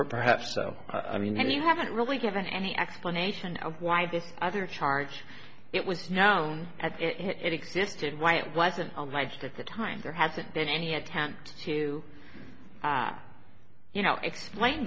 perhaps i mean you haven't really given any explanation of why this other charge it was known as it existed why it wasn't on my just at the time there hasn't been any attempt to you know explain